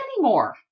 anymore